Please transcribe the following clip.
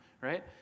right